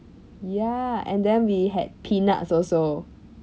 ya and then we had peanuts also